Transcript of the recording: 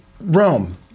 Rome